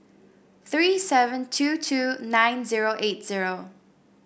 three seven two two nine zero eight zero